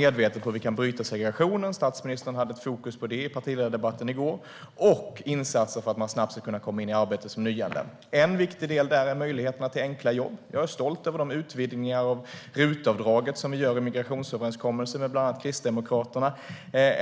medvetet både på att bryta segregationen - statsministern satte fokus på det i partiledardebatten i går - och på insatser för att nyanlända snabbt ska kunna komma in i arbete. En viktig del är möjligheten till enkla jobb. Jag är stolt över de utvidgningar av RUT-avdraget som vi gör i migrationsöverenskommelsen med bland andra Kristdemokraterna.